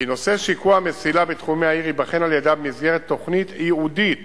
כי נושא שיקוע המסילה בתחומי העיר ייבחן על-ידה במסגרת תוכנית ייעודית